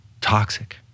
toxic